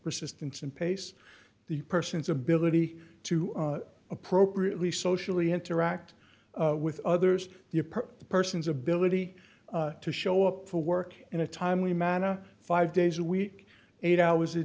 persistence and pace the person's ability to appropriately socially interact with others the person's ability to show up for work in a timely manner five days a week eight hours a